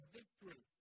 victory